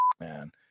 man